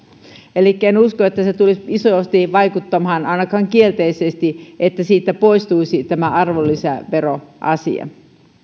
elikkä en usko että se tulisi isosti vaikuttamaan ainakaan kielteisesti että siitä poistuisi tämä arvonlisäveroasia